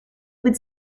would